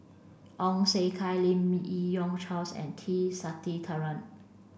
Ong Siong Kai Lim Yi Yong Charles and T Sasitharan